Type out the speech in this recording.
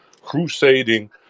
crusading